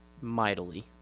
mightily